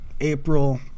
April